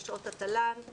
לשעות התל"ן,